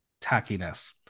tackiness